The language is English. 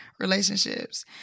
relationships